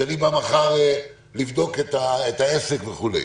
שאני בא מחר לבדוק את העסק וכו'.